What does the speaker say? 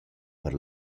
per